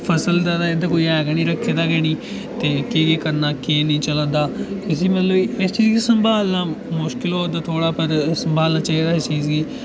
फसल दा ते इत्थै कोई ऐ गै निं ऐ रक्खे दा कि नेईं केह् केह् करना केह् निं ऐ चलै दा इसी मतलब इसगी संभालना मुश्कल होआ दा थ्होड़ा मतलब पर संभालना चाहिदा इसगी